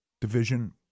division